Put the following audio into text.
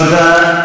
תודה.